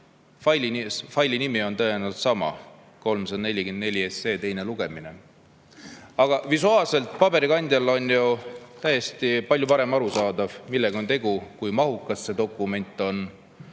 Faili nimi on tõenäoliselt sama: 344 SE teine lugemine. Aga visuaalselt on paberkandjal ju tõesti palju paremini arusaadav, millega on tegu, kui mahukas see dokument on.